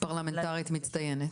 פרלמנטרית מצטיינת.